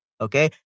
Okay